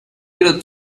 little